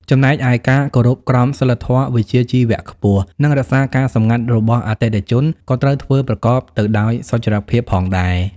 ចំណែកឯ ការគោរពក្រមសីលធម៌វិជ្ជាជីវៈខ្ពស់ និងរក្សាការសម្ងាត់របស់អតិថិជន ក៏ត្រូវធ្វើប្រកបទៅដោយសុចរិតភាពផងដែរ។